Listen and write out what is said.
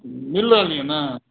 मिल रहल यऽ ने